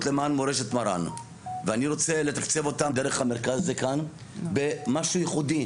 למען מורשת מרן ואני רוצה לתקצב אותם דרך המרכז הזה כאן במשהו ייחודי.